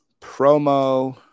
promo